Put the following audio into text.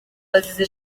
bazize